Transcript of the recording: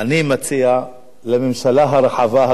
אני מציע לממשלה הרחבה, הגדולה,